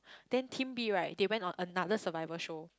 then team B right they went on another survival show